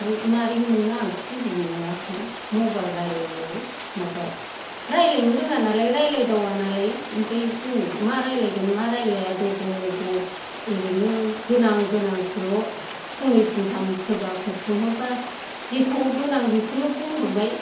माबोरै माबोरै मोननो आंथ' जेबो मोनाखै मबाइल रायलायनायाव माबा रायलायनोबो रोङा नालाय रायलायदावा नालाय ओमफ्राय जों मा रायलायगोन मा रायला दग' मग' ओरैनो गोनां गोनांखौल' फंनै फंथाम सोरबाफोर सोंहरबा जेखौ गोनां बेखौल' बुंहरबाय